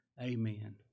Amen